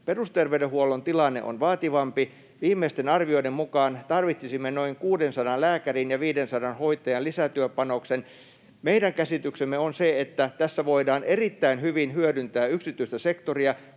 Perusterveydenhuollon tilanne on vaativampi. Viimeisten arvioiden mukaan tarvitsisimme noin 600 lääkärin ja 500 hoitajan lisätyöpanoksen. Meidän käsityksemme on se, että tässä voidaan erittäin hyvin hyödyntää yksityistä sektoria.